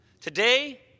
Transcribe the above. Today